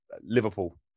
Liverpool